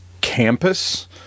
campus